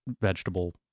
vegetable